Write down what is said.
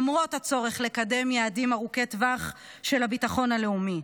למרות הצורך לקדם יעדים ארוכי טווח של הביטחון הלאומי.